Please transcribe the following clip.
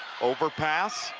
overpass.